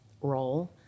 role